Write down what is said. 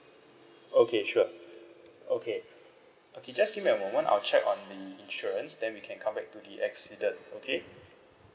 okay sure okay okay just give me a moment I'll check on the insurance then we can come back to the accident okay